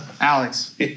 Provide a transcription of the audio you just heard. Alex